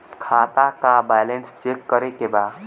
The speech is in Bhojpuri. खाता का बैलेंस चेक करे के बा?